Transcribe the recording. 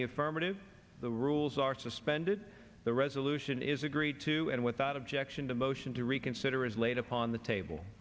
the affirmative the rules are suspended the resolution is agreed to and without objection to motion to reconsider is laid upon the table